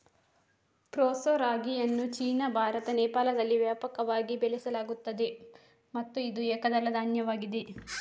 proso ರಾಗಿಯನ್ನು ಚೀನಾ, ಭಾರತ, ನೇಪಾಳದಲ್ಲಿ ವ್ಯಾಪಕವಾಗಿ ಬೆಳೆಸಲಾಗುತ್ತದೆ ಮತ್ತು ಇದು ಏಕದಳ ಧಾನ್ಯವಾಗಿದೆ